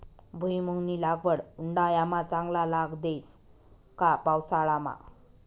भुईमुंगनी लागवड उंडायामा चांगला लाग देस का पावसाळामा